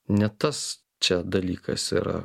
ne tas čia dalykas yra